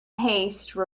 haste